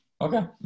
Okay